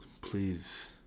please